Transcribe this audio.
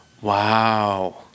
Wow